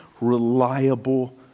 reliable